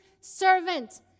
servant